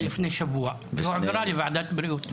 לפני שבוע והועברה לוועדת הבריאות.